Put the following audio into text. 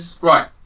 right